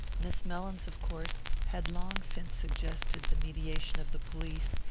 miss mellins, of course, had long since suggested the mediation of the police,